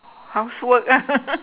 housework ah